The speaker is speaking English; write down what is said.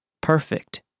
Perfect